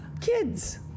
kids